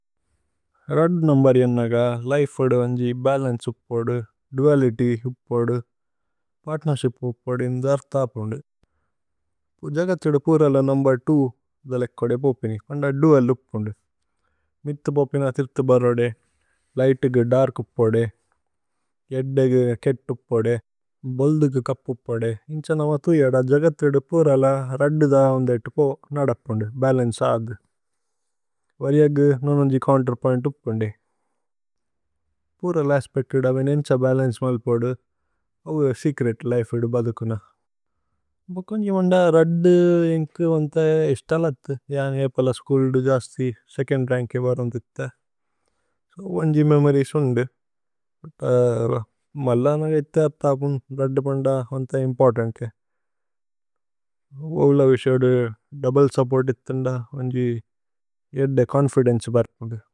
രുദ്ദ് number ഏന്നഗ life ഓദു അന്ജി ബലന്ചേ ഉപോദു,। ദുഅലിത്യ് ഉപോദു പര്ത്നേര്ശിപ് ഉപോദു ഏന്നദ അര്ഥ। അപുന്ദു ജഗത് ഇദു പൂരല നുമ്ബര് ദലേക് കോദേപോപിനി। പോന്ദ ദുഅല് ഉപുന്ദു മിഥു പോപിന ഥിര്ഥു ബരോദേ। ലിഘ്ത്കു ദര്കുപോദേ ഏദ്ദേകു കേത്തുപോദേ ബോല്ദുകു കപുപോദേ। ഏന്ഛന മതു ഇഅദ ജഗത് ഇദു പൂരല രുദ്ദ് ദ ഓന്ദേത്। പോ നദപുന്ദു ബലന്ചേ ആദു വര്യഗു നോന് ഓന്ജി ചോഉന്തേര്। പോഇന്ത് ഉപുന്ദി പൂരല അസ്പേക്തു ദവിന് ഏന്ഛ ബലന്ചേ। മലുപോദു ഓവു സേച്രേത് ലിഫേ ഇദു ബദുകുന മോകോന്ജി। ഓന്ദ രുദ്ദ് ഇന്കു ഓന്ഥ ഇശ്തലഥു ജനി ഏപല സ്ഛൂല്। ഇദു ജസ്ഥി സേചോന്ദ് രന്ക് ഏ വരുന്ദ് ഇഥ സോ ഓന്ജി। മേമോരിഏസ് ഓന്ദു മല്ല ഏന്നഗ ഇഥേ അര്ഥ അപുന്ദു। രുദ്ദ് പോന്ദ ഓന്ഥ ഇമ്പോര്തന്തേ ഓവല വിസോദു ദോഉബ്ലേ। സുപ്പോര്ത് ഇഥേ ന്ദ ഓന്ജി ഏദ്ദ ചോന്ഫിദേന്ചേ ഉപുന്ദു।